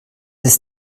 ist